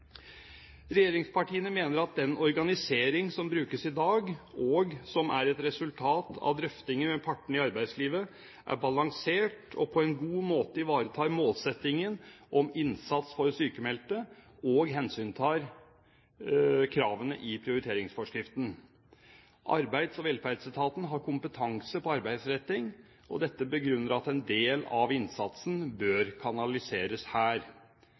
Regjeringspartiene mener at den organisering som brukes i dag, og som er et resultat av drøftinger med partene i arbeidslivet, er balansert og på en god måte ivaretar målsettingen om innsats for sykmeldte – og hensyntar kravene i prioriteringsforskriften. Arbeids- og velferdsetaten har kompetanse på arbeidsretting, og dette begrunner at en del av innsatsen bør kanaliseres her.